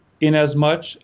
inasmuch